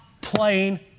playing